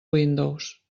windows